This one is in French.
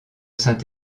saint